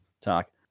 talk